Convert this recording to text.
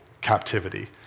captivity